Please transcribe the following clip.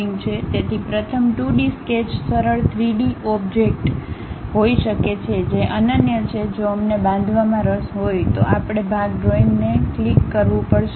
તેથી પ્રથમ 2 D sketch સરળ 3 ડી objectsઓબ્જેક્ટ હોઈ શકે છે જે અનન્ય છે જો અમને બાંધવામાં રસ હોય તો આપણે ભાગ ડ્રોઇંગને ક્લિક કરવું પડશે